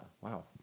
Wow